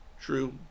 True